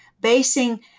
basing